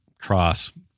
cross